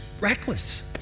reckless